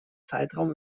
zeitraum